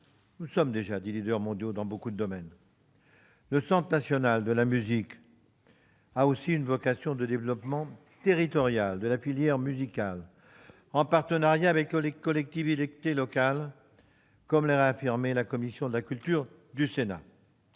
nous inscrire parmi les leaders mondiaux en matière de productions culturelles. Le Centre national de la musique a aussi une vocation de développement territorial de la filière musicale, en partenariat avec les collectivités locales, comme l'a réaffirmé la commission de la culture du Sénat.